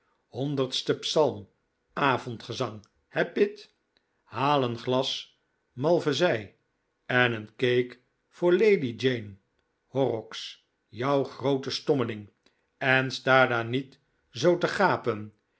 psalm avondgezang he pit haal een glas malvezij en een cake voor lady jane horrocks jou groote stommeling en sta daar niet zoo te gapen